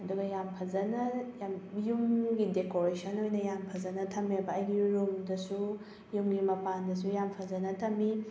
ꯑꯗꯨꯒ ꯌꯥꯝ ꯐꯖꯅ ꯌꯥꯝ ꯌꯨꯝꯒꯤ ꯗꯦꯀꯣꯔꯦꯁꯟ ꯑꯣꯏꯅ ꯌꯥꯝ ꯐꯖꯅ ꯊꯝꯃꯦꯕ ꯑꯩꯒꯤ ꯔꯨꯝꯗꯁꯨ ꯌꯨꯝꯒꯤ ꯃꯄꯥꯟꯗꯁꯨ ꯌꯥꯝ ꯐꯖꯅ ꯊꯝꯃꯤ